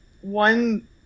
one